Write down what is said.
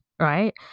right